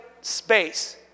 space